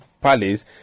palace